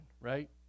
right